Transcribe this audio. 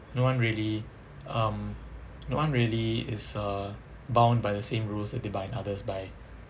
no one really um no one really is uh bound by the same rules that they bind others by